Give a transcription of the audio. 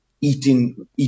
eating